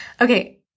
Okay